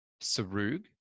Sarug